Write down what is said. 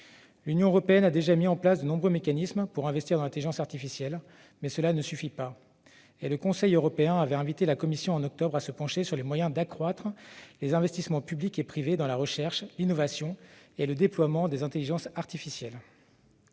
L'Union européenne a déjà mis en place de nombreux mécanismes pour investir dans l'intelligence artificielle, mais cela ne suffit pas. Le Conseil européen avait d'ailleurs invité la Commission, en octobre, à se pencher sur les moyens d'accroître les investissements publics et privés dans la recherche, l'innovation et le déploiement des intelligences artificielles.